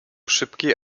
szybki